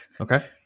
Okay